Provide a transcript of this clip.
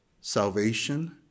salvation